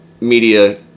media